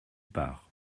part